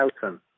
Houghton